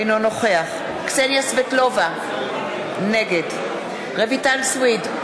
אינו נוכח קסניה סבטלובה, נגד רויטל סויד,